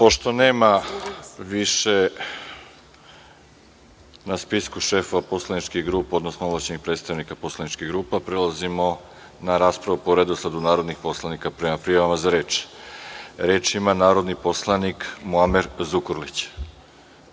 Pošto nema više na spisku šefova poslaničkih grupa, odnosno ovlašćenih predstavnika poslaničkih grupa, prelazimo na raspravu po redosledu narodnih poslanika prema prijavama za reč. Reč ima narodni poslanik Muamer Zukorlić.